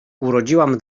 urodziłam